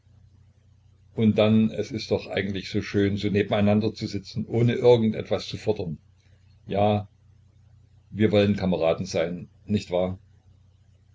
und dann es ist doch eigentlich so schön so nebeneinander zu sitzen ohne irgend etwas zu fordern ja wir wollen kameraden sein nicht wahr